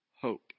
hope